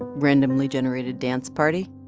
randomly generated dance party?